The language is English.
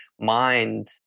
mind